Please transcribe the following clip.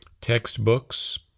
textbooks